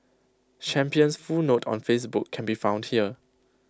champion's full note on Facebook can be found here